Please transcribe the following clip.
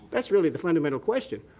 that's really the fundamental question,